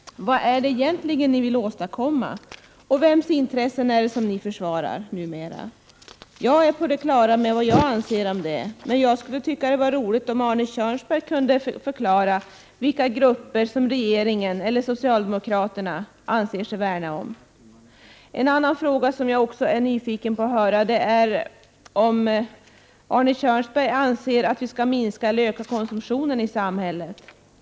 Vad är det socialdemokraterna egentligen vill åstadkomma, och vems intressen är det som socialdemokraterna numera försvarar? Jag är helt på det klara med vad jag anser om det, men det skulle vara roligt om Arne Kjörnsberg kunde förklara vilka grupper som regeringen eller socialdemokraterna i riksdagen anser sig värna om. En annan fråga som jag skulle vilja att Arne Kjörnsberg svarar på är om han anser att vi skall minska eller öka konsumtionen i samhället.